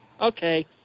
Okay